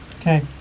Okay